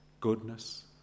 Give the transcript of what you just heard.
goodness